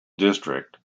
district